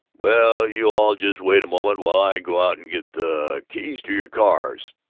well, you-all just wait a moment while i go out and get the keys to your cars!